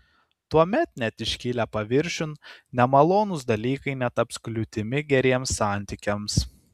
tuomet net iškilę paviršiun nemalonūs dalykai netaps kliūtimi geriems santykiams